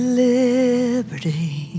liberty